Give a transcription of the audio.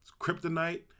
kryptonite